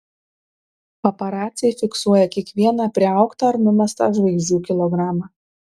paparaciai fiksuoja kiekvieną priaugtą ar numestą žvaigždžių kilogramą